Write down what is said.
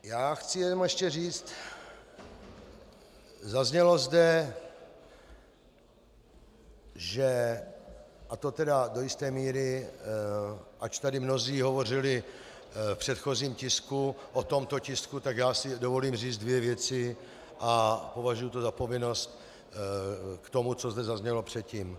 Já chci jenom ještě říct, zaznělo zde, že, a to tedy do jisté míry, ač tady mnozí hovořili v předchozím tisku o tomto tisku, tak já si dovolím říct dvě věci, a považuji to za povinnost, k tomu, co zde zaznělo předtím.